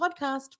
podcast